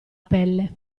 pelle